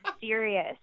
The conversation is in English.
serious